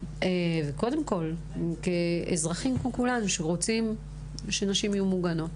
וקודם כול כאזרחים כמו כולנו שרוצים שנשים יהיו מוגנות.